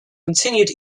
continued